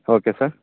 okay sir